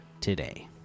today